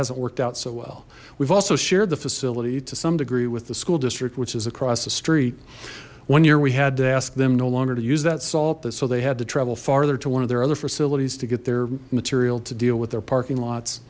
hasn't worked out so well we've also shared the facility to some degree with the school district which is across the street one year we had to ask them no longer to use that salt that so they had to travel farther to one of their other facilities to get their material to deal with their parking lots